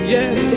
Yes